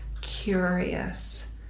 curious